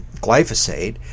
glyphosate